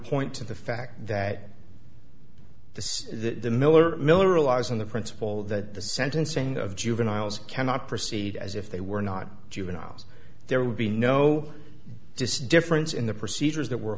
point to the fact that this the miller miller relies on the principle that the sentencing of juveniles cannot proceed as if they were not juveniles there would be no just difference in the procedures that were